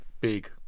big